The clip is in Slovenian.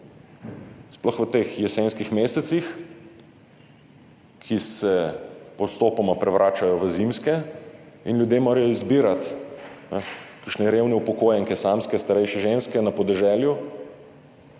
Sploh v teh jesenskih mesecih, ki se postopoma prevračajo v zimske in ljudje morajo izbirati, kakšne revne upokojenke, samske starejše ženske na podeželju